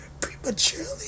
prematurely